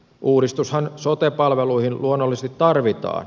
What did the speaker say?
uudistushan sote palveluihin luonnollisesti tarvitaan